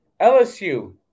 LSU